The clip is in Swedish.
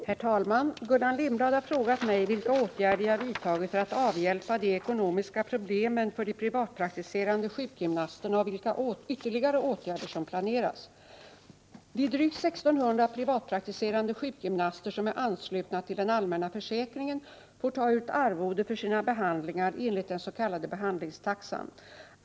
Herr talman! Gullan Lindblad har frågat mig vilka åtgärder jag vidtagit för att avhjälpa de ekonomiska problemen för de privatpraktiserande sjukgymnasterna och vilka ytterligare ågärder som planeras. De drygt 1 600 privatpraktiserande sjukgymnaster som är anslutna till den allmänna sjukförsäkringen får ta ut arvode för sina behandlingar enligt den s.k. behandlingstaxan.